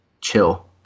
chill